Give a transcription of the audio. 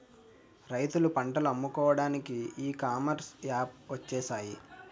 రైతులు పంటలు అమ్ముకోవడానికి ఈ కామర్స్ యాప్స్ వచ్చేసాయి